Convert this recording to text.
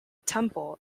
temple